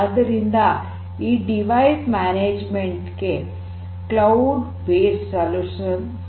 ಆದ್ದರಿಂದ ಈ ಸಾಧನ ನಿರ್ವಹಣೆಗೆ ಕ್ಲೌಡ್ ಬೇಸ್ಡ್ ಪರಿಹಾರ ಸಹಕರಿಸುತ್ತದೆ